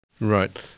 Right